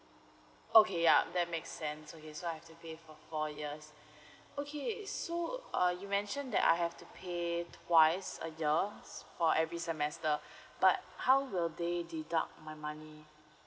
okay ya that make sense okay so I have to pay for four years okay so uh you mention that I have to pay twise a year for every semester but how will they deduct my money